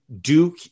Duke